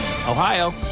Ohio